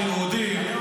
היהודים,